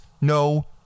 no